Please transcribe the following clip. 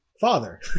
father